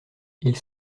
ils